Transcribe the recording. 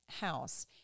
house